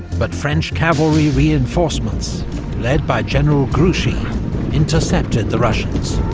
but french cavalry reinforcements led by general grouchy intercepted the russians,